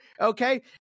okay